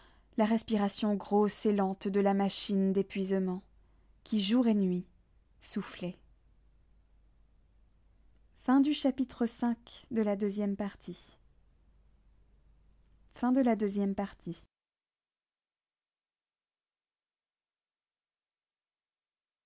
la respiration grosse et lente de la machine d'épuisement qui jour et nuit soufflait